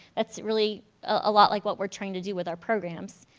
that's really a lot like what we're trying to do with our programs.